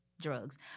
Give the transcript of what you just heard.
drugs